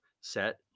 set